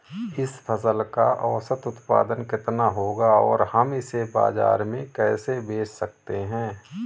इस फसल का औसत उत्पादन कितना होगा और हम इसे बाजार में कैसे बेच सकते हैं?